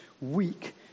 weak